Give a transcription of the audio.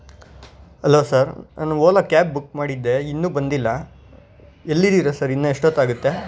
hello sir ನಾನು Ola cab book ಮಾಡಿದ್ದೆ ಇನ್ನೂ ಬಂದಿಲ್ಲ ಎಲ್ಲಿದ್ದೀರಾ ಸರ್ ಇನ್ನೂ ಎಷ್ಟೊತ್ತಾಗುತ್ತೆ